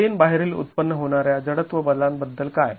plain बाहेरील उत्पन्न होणाऱ्या जडत्व बदलांबद्दल काय